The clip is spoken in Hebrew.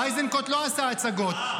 איזנקוט לא עשה הצגות,